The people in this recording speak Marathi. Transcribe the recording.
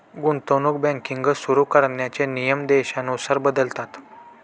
गुंतवणूक बँकिंग सुरु करण्याचे नियम देशानुसार बदलतात